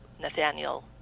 Nathaniel